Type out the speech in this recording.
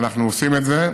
ואנחנו עושים את זה.